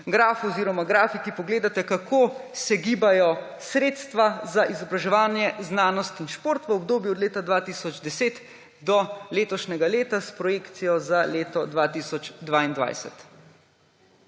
grafu oziroma grafiki pogledate, kako se gibajo sredstva za izobraževanje znanost in šport v obdobju od leta 2010 do letošnjega leta, s projekcijo za leto 2022.